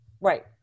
Right